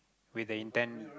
with the intent